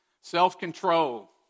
Self-control